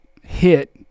hit